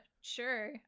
sure